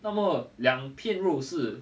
那么两片肉是